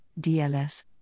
DLS